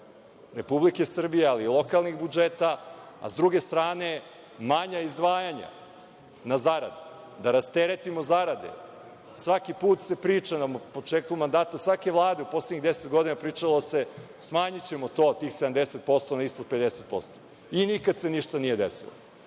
Republike Srbije, ali i lokalnih budžeta, a s druge strane, manja izdvajanja na zaradi, da rasteretimo zarade. Svaki put se priča na početku mandata svake Vlade, poslednjih deset godina pričalo se, smanjićemo tih 70% na ispod 50%. Nikad se ništa nije desilo.